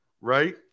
Right